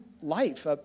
life